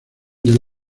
del